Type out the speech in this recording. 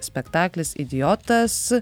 spektaklis idiotas